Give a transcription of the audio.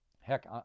Heck